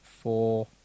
four